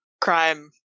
crime